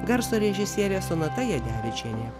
garso režisierė sonata jadevičienė